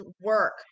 work